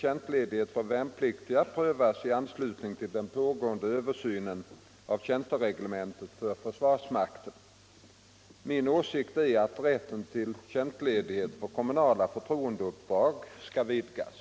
Anser försvarsministern att fullgörande av kommunala uppdrag eller nämndemannauppdrag bör ge rätt till tjänstledighet för värnpliktig militär personal?